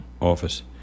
Office